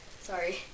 Sorry